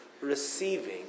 receiving